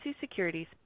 Securities